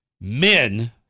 Men